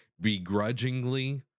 begrudgingly